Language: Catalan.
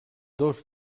dos